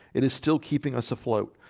it is still keeping us afloat.